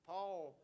Paul